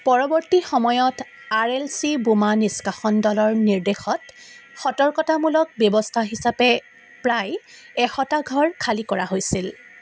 পৰৱৰ্তী সময়ত R L C বোমা নিষ্কাশন দলৰ নিৰ্দেশত সতৰ্কতামূলক ব্যৱস্থা হিচাপে প্ৰায় এশটা ঘৰ খালি কৰা হৈছিল